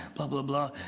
blah-blah-blah.